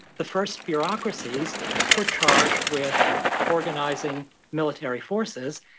the first bureaucracies were charged with organizing military forces.